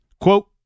quote